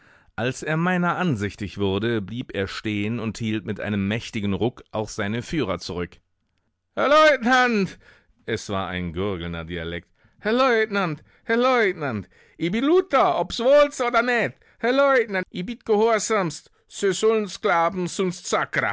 als er meiner ansichtig wurde blieb er stehen und hielt mit einem mächtigen ruck auch seine führer zurück herr leutnant es war ein gurgelnder dialekt herr leutnant herr leutnant i bin luther obs wollt's oder net herr leutnant